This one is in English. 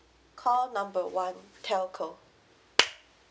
call number one telco